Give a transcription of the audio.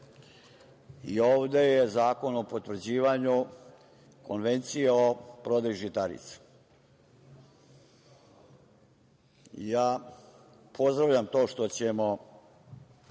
Ovde je zakon o potvrđivanju Konvencije o prodaji žitarica. Ja pozdravljam to što ćemo